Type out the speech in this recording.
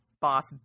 boss